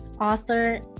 author